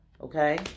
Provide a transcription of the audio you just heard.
Okay